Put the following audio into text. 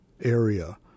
area